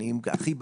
אני הכי בעד,